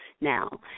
now